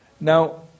Now